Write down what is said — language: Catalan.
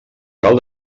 cal